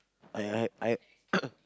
I I I